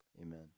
Amen